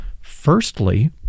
firstly